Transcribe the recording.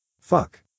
Fuck